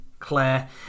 Claire